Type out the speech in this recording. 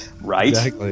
Right